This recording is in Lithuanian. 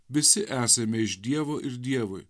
visi esame iš dievo ir dievui